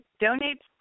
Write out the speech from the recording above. donate